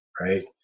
right